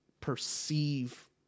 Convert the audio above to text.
perceive